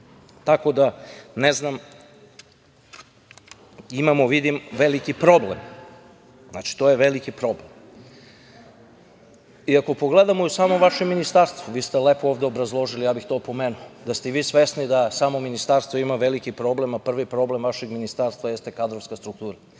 Tako da, ne znam, imamo, vidim, veliki problem. Znači, to je veliki problem. Ako pogledamo samo vaše ministarstvo, vi ste lepo ovde obrazložili, ja bih to pomenuo, da ste i vi svesni da samo ministarstvo ima veliki problem, a prvi problem vašeg ministarstva jeste kadrovska struktura.